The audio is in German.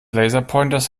laserpointers